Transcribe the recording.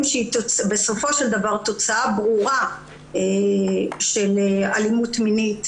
שבסופו של דבר היא תוצאה ברורה של אלימות מינית,